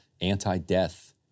anti-death